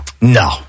No